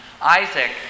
Isaac